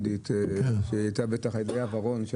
עידית לאה ורון,